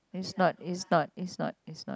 is not is not is not is not